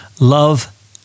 Love